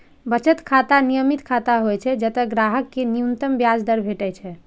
बचत खाता नियमित खाता होइ छै, जतय ग्राहक कें न्यूनतम ब्याज दर भेटै छै